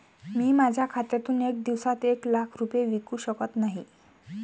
मी माझ्या खात्यातून एका दिवसात एक लाख रुपये विकू शकत नाही